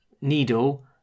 needle